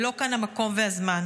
ולא כאן המקום והזמן,